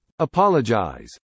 Apologize